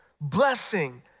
blessing